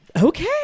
okay